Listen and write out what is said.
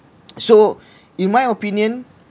so in my opinion